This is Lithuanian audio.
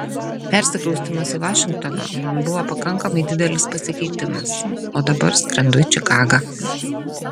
persikraustymas į vašingtoną man buvo pakankamai didelis pasikeitimas o dabar skrendu į čikagą